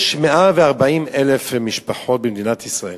יש 140,000 משפחות במדינת ישראל,